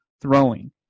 throwing